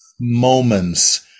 moments